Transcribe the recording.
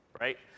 right